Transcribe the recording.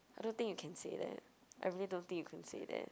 I don't think you can say that I really don't think you can say that